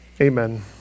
Amen